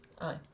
aye